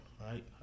right